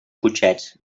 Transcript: cotxets